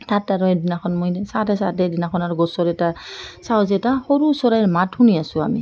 তাত আৰু এদিনাখন মই চাওঁতে চওঁতে এদিনাখন গছৰ এটা চাওঁ যে এটা সৰু চৰাইৰ মাত শুনি আছো আমি